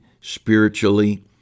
spiritually